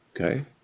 Okay